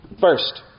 First